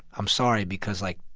i'm sorry because, like,